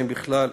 אם בכלל,